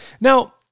Now